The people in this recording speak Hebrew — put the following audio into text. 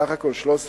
בסך הכול 13 פעולות,